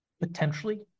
potentially